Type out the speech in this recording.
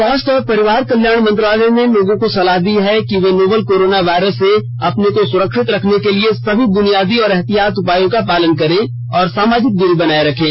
स्वास्थ्य और परिवार कल्याण मंत्रालय ने लोगों को सलाह दी है कि वे नोवल कोरोना वायरस से अपने को सुरक्षित रखने के लिए सभी बुनियादी एहतियाती उपायों का पालन करें और सामाजिक दूरी बनाए रखें